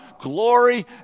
glory